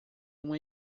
uma